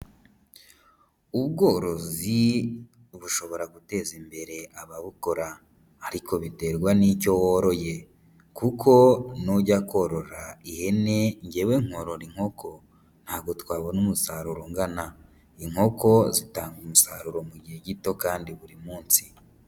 Ubworozi bushobora guteza imbere ababukora ariko biterwa n'icyo woroye, kuko nujya korora ihene njyewe nkorora inkoko ntabwo twabona umusaruro ungana, inkoko zitanga umusaruro mu gihe gito kandi buri munsi.